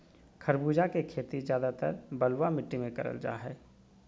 खरबूजा के खेती ज्यादातर बलुआ मिट्टी मे करल जा हय